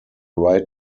right